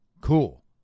Cool